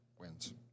wins